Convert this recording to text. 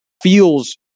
feels